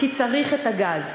כי צריך את הגז.